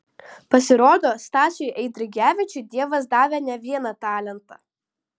pasirodo stasiui eidrigevičiui dievas davė ne vieną talentą